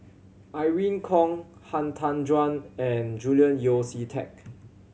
Irene Khong Han Tan Juan and Julian Yeo See Teck